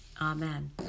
Amen